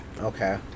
Okay